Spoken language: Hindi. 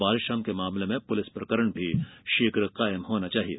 बालश्रम के मामले में पुलिस प्रकरण भी शीघ्र कायम होना चाहिये